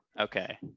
Okay